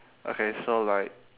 okay so like